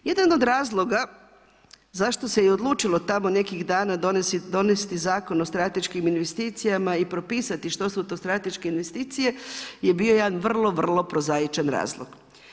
Jedan od razloga zašto se i odlučilo tamo nekih dana donijeti Zakon o strateškim investicijama i propisati što su to strateške investicije je bio jedan vrlo, vrlo prozaičan razlog.